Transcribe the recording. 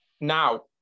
Now